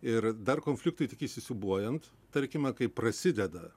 ir dar konfliktui tik įsisiūbuojant tarkime kai prasideda